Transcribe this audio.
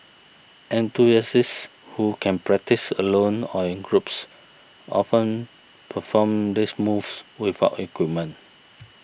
enthusiasts who can practise alone or in groups often perform these moves without equipment